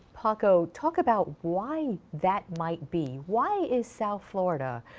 packo, talk about why that might be? why is south florida,